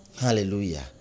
hallelujah